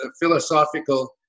philosophical